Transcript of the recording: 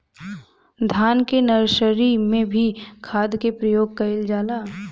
धान के नर्सरी में भी खाद के प्रयोग कइल जाला?